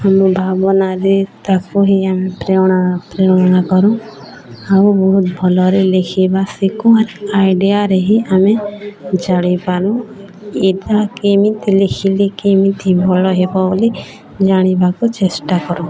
ଆମ ଭାବନାରେ ତାକୁ ହିଁ ଆମେ ପ୍ରେରଣା ପ୍ରେରଣା କରୁ ଆଉ ବହୁତ ଭଲରେ ଲେଖିବା ଶିଖୁ ଆଇଡ଼ିଆରେ ହିଁ ଆମେ ଜାଣିପାରୁ ଏଇଟା କେମିତି ଲେଖିଲେ କେମିତି ଭଲ ହେବ ବୋଲି ଜାଣିବାକୁ ଚେଷ୍ଟା କରୁ